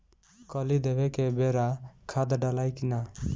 कली देवे के बेरा खाद डालाई कि न?